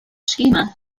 schema